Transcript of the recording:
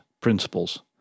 principles